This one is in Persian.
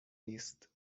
نیست